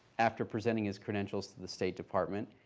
after presenting his credentials to the state department,